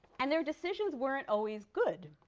and their decisions weren't always good.